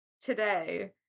today